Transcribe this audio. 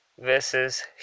versus